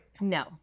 No